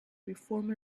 perform